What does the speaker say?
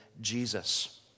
Jesus